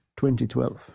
2012